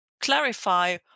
clarify